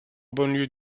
banlieue